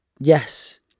yes